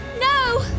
No